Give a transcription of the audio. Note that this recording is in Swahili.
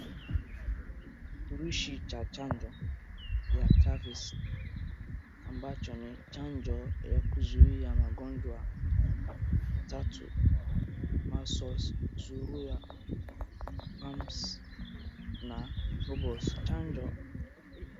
Kifursushi cha chanjo cha TRESIVAC ambacho ni chanjo ya kuzuia magonjwa matatu measles , surua, mumps na truples .